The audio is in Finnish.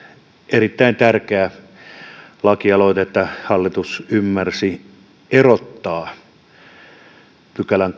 erittäin tärkeä lakiesitys ja hyvä että hallitus ymmärsi erottaa kuudennenkymmenennenensimmäisen pykälän